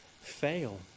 fail